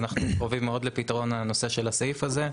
אנחנו קרובים מאוד לפתרון הנושא של הסעיף הזה.